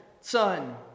Son